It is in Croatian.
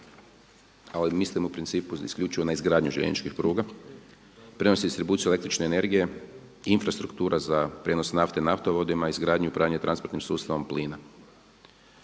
a mislim u principu isključivo na izgradnju željezničkih pruga. Prijenos i distribuciju električne energije, infrastruktura za prijenos nafte naftovodima, izgradnju i upravljanje transportnim sustavom plina.